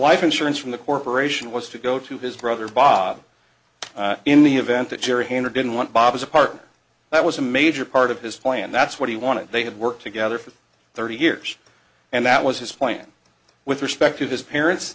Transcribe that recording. life insurance from the corporation was to go to his brother bob in the event the jury handed didn't want bob as a partner that was a major part of his plan that's what he wanted they had worked together for thirty years and that was his point with respect to his parents